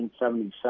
1977